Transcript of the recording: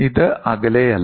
ഇത് അകലെയല്ല